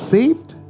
Saved